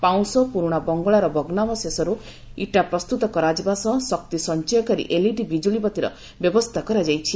ପାଉଁଶ ପୁରୁଣା ବଙ୍ଗଳାର ଭଗ୍ନାବଶେଷରୁ ଇଟା ପ୍ରସ୍ତୁତ କରାଯିବା ସହ ଶକ୍ତି ସଞ୍ଚୟକାରୀ ଏଲ୍ଇଡି ବିଜୁଳି ବତିର ବ୍ୟବସ୍ଥା କରାଯାଇଛି